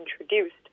introduced